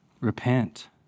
repent